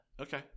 Okay